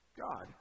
God